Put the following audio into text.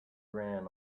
ran